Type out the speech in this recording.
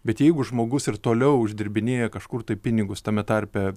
bet jeigu žmogus ir toliau uždirbinėja kažkur tai pinigus tame tarpe